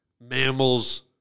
mammals